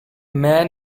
man